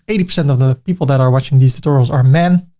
eighty percent of the people that are watching these tutorials are men.